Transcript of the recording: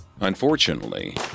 Unfortunately